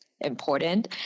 important